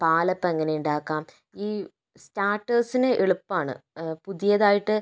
പാലപ്പം എങ്ങനെ ഉണ്ടാക്കാം ഈ സ്റ്റാർട്ടേർസിന് എളുപ്പമാണ് പുതിയതായിട്ട്